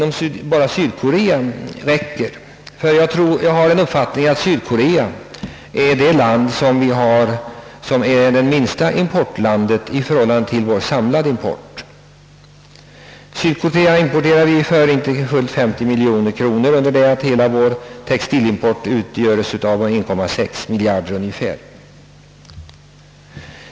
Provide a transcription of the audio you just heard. Men det räcker inte med att bara begränsa importen från Sydkorea. Det är väl det land som vi importerar minst ifrån, om vi ser på vår samlade import. Vi importerar för knappast 50 miljoner kronor därifrån, under det att hela vår textilimport uppgår till ett värde av ungefär 1,6 miljard.